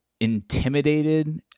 intimidated